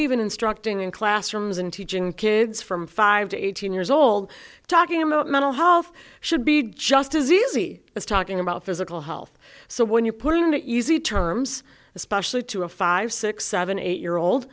even instructing in classrooms and teaching kids from five to eighteen years old talking about mental health should be just as easy as talking about physical health so when you put it into easy terms especially to a five six seven eight year old